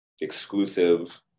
exclusive